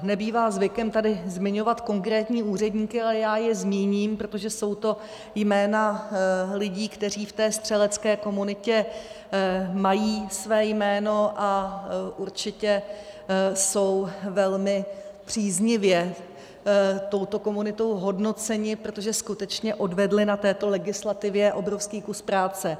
Nebývá zvykem tady zmiňovat konkrétní úředníky, ale já je zmíním, protože jsou to jména lidí, kteří v té střelecké komunitě mají své jméno a určitě jsou velmi příznivě touto komunitou hodnoceni, protože skutečně odvedli na této legislativě obrovský kus práce.